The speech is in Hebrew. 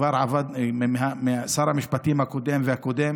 כבר משר המשפטים הקודם והקודם